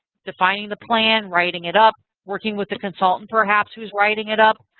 defining the plan, writing it up, working with a consultant perhaps who's writing it up.